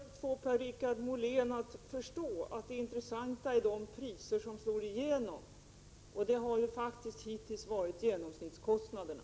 Herr talman! Det är just vad jag har försökt få Per-Richard Molén att förstå, att det intressanta är de priser som slår igenom. Hittills har de faktiskt motsvarat genomsnittskostnaderna.